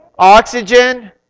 Oxygen